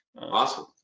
Awesome